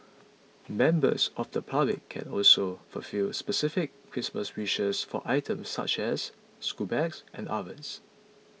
members of the public can also fulfil specific Christmas wishes for items such as school bags and ovens